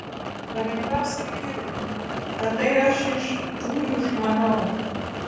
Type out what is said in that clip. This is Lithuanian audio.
galingasai hermi tatai aš iš tikrųjų išmanau